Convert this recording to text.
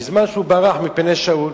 בזמן שהוא ברח מפני שאול.